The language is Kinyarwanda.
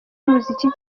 umuziki